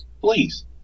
Please